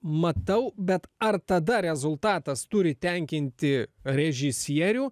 matau bet ar tada rezultatas turi tenkinti režisierių